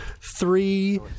three